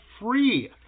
free